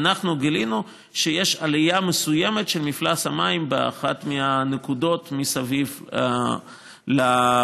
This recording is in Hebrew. גילינו שיש עלייה מסוימת של מפלס המים באחת מהנקודות מסביב לבריכה.